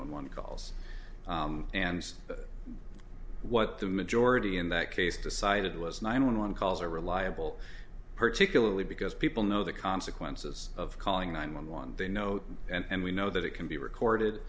one one calls and what the majority in that case decided was nine one one calls are reliable particularly because people know the consequences of calling nine one one they know and we know that it can be recorded